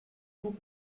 tout